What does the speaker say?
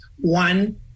one